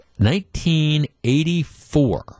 1984